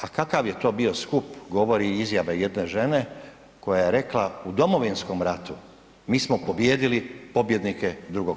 A kakav je to bio skup, govori izjava jedne žene koja je rekla, u Domovinskom ratu mi smo pobijedili pobjednike II.